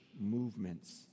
movements